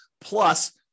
plus